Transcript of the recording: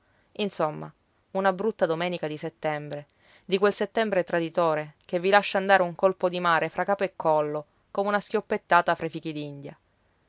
insomma una brutta domenica di settembre di quel settembre traditore che vi lascia andare un colpo di mare fra capo e collo come una schioppettata fra i